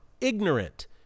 ignorant